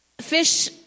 fish